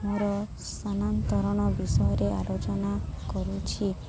ମୋର ସ୍ଥାନାନ୍ତରଣ ବିଷୟରେ ଆଲୋଚନା କରୁଛି